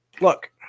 look